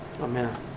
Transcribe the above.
Amen